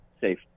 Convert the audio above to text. safe